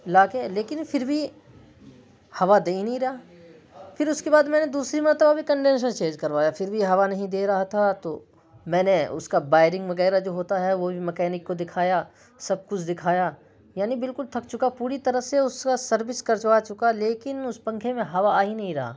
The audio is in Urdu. لا کے لیکن پھر بھی ہوا دے ہی نہیں رہا پھر اس کے بعد میں نے دوسری مرتبہ بھی کنڈینسر چینج کروایا پھر بھی ہوا نہیں دے رہا تھا تو میں نے اس کا وائرنگ وغیرہ جو ہوتا ہے وہ بھی میکینک کو دکھایا سب کچھ دکھایا یعنی بالکل تھک چکا پوری طرح سے اس کا سروس کروا چکا لیکن اس پنکھے میں ہوا آ ہی نہیں رہا